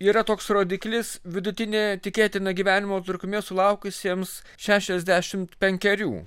yra toks rodiklis vidutinė tikėtina gyvenimo trukmė sulaukusiems šešiasdešimt penkerių